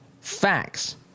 Facts